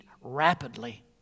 rapidly